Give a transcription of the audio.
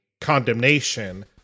condemnation